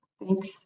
thanks